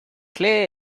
clear